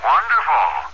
Wonderful